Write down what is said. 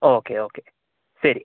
okay okay ശരി